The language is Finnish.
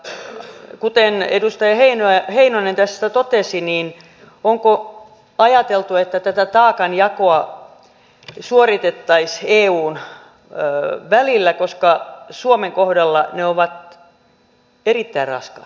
ja kuten edustaja heinonen tässä totesi niin onko ajateltu että tätä taakanjakoa suoritettaisiin eun välillä koska suomen kohdalla ne ovat erittäin raskaat myös taloudellisesti